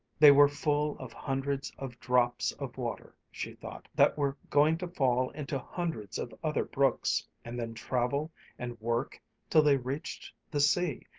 they were full of hundreds of drops of water, she thought, that were going to fall into hundreds of other brooks, and then travel and work till they reached the sea,